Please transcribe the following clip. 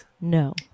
No